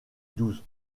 douze